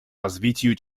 развитию